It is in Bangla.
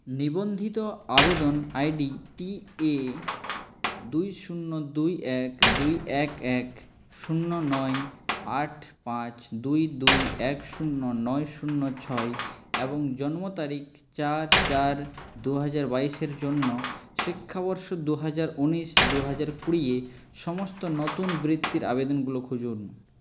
নিবন্ধিত আবেদন আই ডি টি এ দুই শূন্য দুই এক দুই এক এক শূন্য নয় আট পাঁচ দুই দুই এক শূন্য নয় শূন্য ছয় এবং জন্ম তারিখ চার চার দু হাজার বাইশের জন্য শিক্ষাবর্ষ দু হাজার ঊনিশ দু হাজার কুড়ি এ সমস্ত নতুন বৃত্তির আবেদনগুলো খুঁজুন